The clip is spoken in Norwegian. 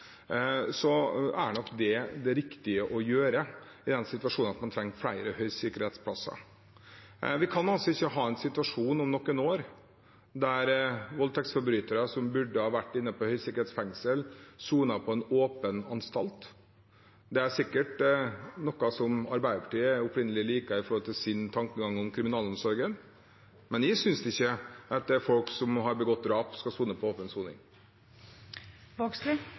Så det er nok det riktige å gjøre i en situasjon der man trenger flere høysikkerhetsplasser. Vi kan altså ikke ha en situasjon om noen år der voldtektsforbrytere, som burde ha vært inne på høysikkerhetsfengsel, soner på en åpen anstalt. Det er sikkert noe som Arbeiderpartiet liker, ut fra deres tankegang om kriminalomsorgen, men jeg synes ikke at folk som har begått drap, skal være på åpen